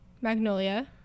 Magnolia